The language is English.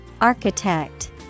Architect